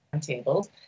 tables